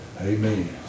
amen